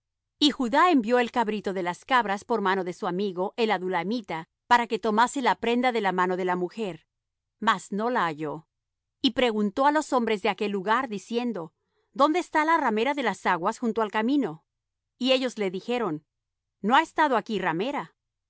y judá envió el cabrito de las cabras por mano de su amigo el adullamita para que tomase la prenda de mano de la mujer mas no la halló y preguntó á los hombres de aquel lugar diciendo dónde está la ramera de las aguas junto al camino y ellos le dijeron no ha estado aquí ramera